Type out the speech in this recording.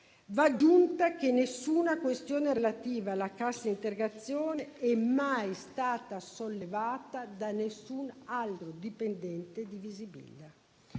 Va aggiunto che nessuna questione relativa alla cassa integrazione è mai stata sollevata da qualche altro dipendente di Visibilia.